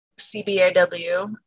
CBAW